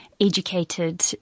educated